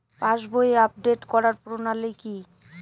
পাসবই update করার প্রণালী কি?